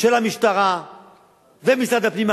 של המשטרה ומשרד הפנים,